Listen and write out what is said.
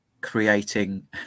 creating